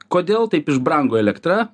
kodėl taip išbrango elektra